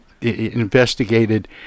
investigated